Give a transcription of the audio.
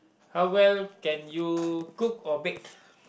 how well can you cook or bake